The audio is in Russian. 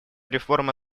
реформа